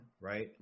Right